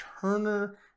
Turner